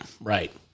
right